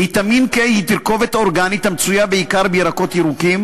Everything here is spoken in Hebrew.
ויטמין K היא תרכובת אורגנית המצויה בעיקר בירקות ירוקים.